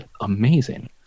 Amazing